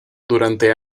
durante